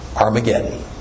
Armageddon